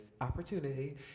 opportunity